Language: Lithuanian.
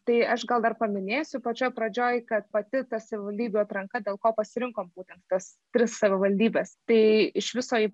tai aš gal dar paminėsiu pačioj pradžioj kad pati ta savivaldybių atranka dėl ko pasirinkom būtent tas tris savivaldybes tai iš viso į